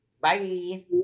Bye